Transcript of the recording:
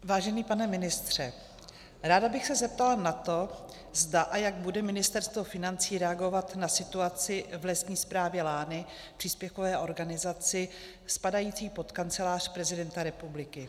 Vážený pane ministře, ráda bych se zeptala na to, zda a jak bude Ministerstvo financí reagovat na situaci v Lesní správě Lány, příspěvkové organizaci, spadající pod Kancelář prezidenta republiky.